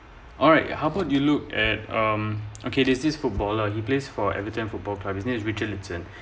alright how about you look at um okay there's this footballer he plays for everton football club his name is richard lison